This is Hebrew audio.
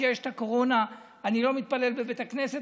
מאז שיש קורונה אני לא מתפלל בבית הכנסת,